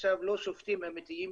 עכשיו לא שופטים אמיתיים,